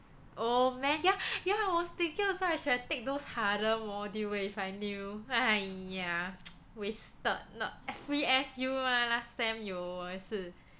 oh man yeah yeah I was thinking also I should've take those harder module eh if I knew !aiya! wasted not every S_U mah last sem 有我也是